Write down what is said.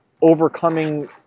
overcoming